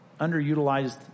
underutilized